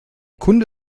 kunde